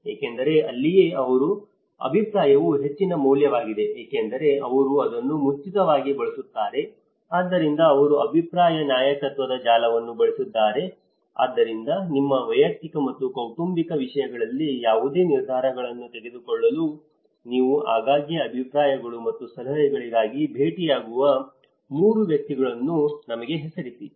ಏಕೆಂದರೆ ಅಲ್ಲಿಯೇ ಅವರ ಅಭಿಪ್ರಾಯವು ಹೆಚ್ಚಿನ ಮೌಲ್ಯವಾಗಿದೆ ಏಕೆಂದರೆ ಅವರು ಅದನ್ನು ಮುಂಚಿತವಾಗಿ ಬಳಸುತ್ತಾರೆ ಆದ್ದರಿಂದ ಅವರು ಅಭಿಪ್ರಾಯ ನಾಯಕತ್ವದ ಜಾಲವನ್ನು ಬಳಸಿದ್ದಾರೆ ಆದ್ದರಿಂದ ನಿಮ್ಮ ವೈಯಕ್ತಿಕ ಮತ್ತು ಕೌಟುಂಬಿಕ ವಿಷಯಗಳಲ್ಲಿ ಯಾವುದೇ ನಿರ್ಧಾರಗಳನ್ನು ತೆಗೆದುಕೊಳ್ಳಲು ನೀವು ಆಗಾಗ್ಗೆ ಅಭಿಪ್ರಾಯಗಳು ಮತ್ತು ಸಲಹೆಗಳಿಗಾಗಿ ಭೇಟಿಯಾಗುವ 3 ವ್ಯಕ್ತಿಗಳನ್ನು ನಮಗೆ ಹೆಸರಿಸಿ